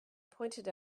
pointed